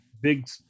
big